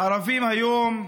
הערבים היום,